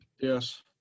yes